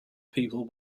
people